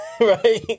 right